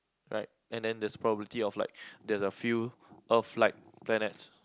right and then there's a probability of like there's a few earth like planets